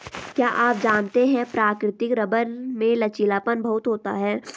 क्या आप जानते है प्राकृतिक रबर में लचीलापन बहुत होता है?